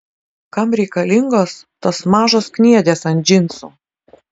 kam reikalingos tos mažos kniedės ant džinsų